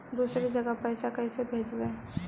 दुसरे जगह पैसा कैसे भेजबै?